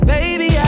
Baby